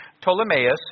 Ptolemaeus